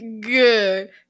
good